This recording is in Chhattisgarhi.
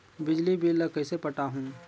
बिजली बिल ल कइसे पटाहूं?